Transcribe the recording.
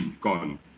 gone